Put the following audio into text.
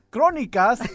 Crónicas